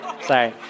Sorry